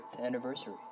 anniversary